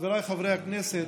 חבריי חברי הכנסת,